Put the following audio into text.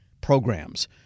programs